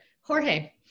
Jorge